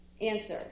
Answer